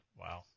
wow